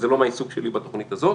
אבל זה לא מהעיסוק שלי בתוכנית הזאת.